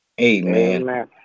amen